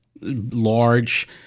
large